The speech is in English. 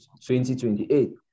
2028